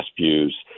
views